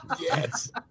Yes